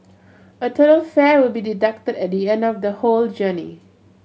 a total fare will be deducted at the end of the whole journey